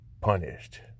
punished